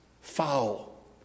Foul